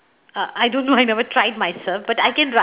uh I don't know I never try it myself but I can run